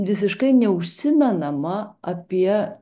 visiškai neužsimenama apie